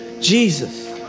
Jesus